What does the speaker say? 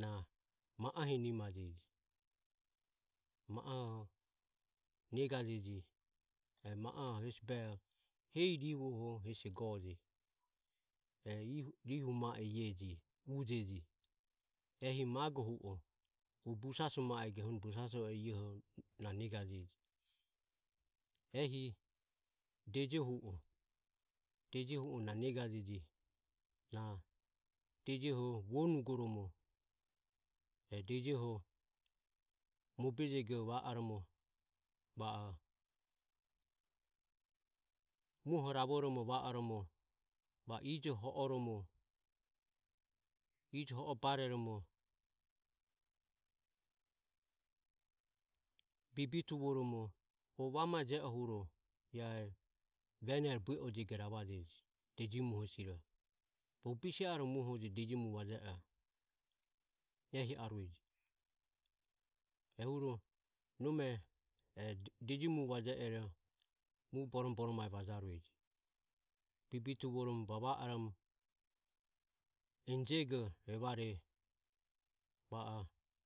na ma ohe negajeji. ma o hoho negajeji e ma o hoho hesi behoho hesi rihuoho hesi eho go ji ehi magohu o eho busaso ma e ji na negajeji ehi dejohu o na negajeji dejoho vonugoromo e dejoho mobejego va oromo va o muoho ravoromo va o ijoho ho oromo ijo ho o bareromo bibituvoromo o vamae je oho a venero buejego ravajeji bogo bise are muoho je ehi arue ji. Ehuro nome deji mue vaje oho borome boromo mae bibituvoromo bava oromo enijego evare va o.